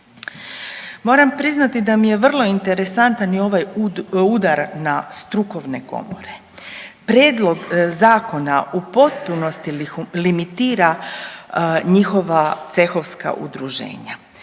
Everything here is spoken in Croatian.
Moram priznati da mi je vrlo interesantan i ovaj udar na strukovne komore. Prijedlog zakona u potpunosti limitira njihova cehovska udruženja.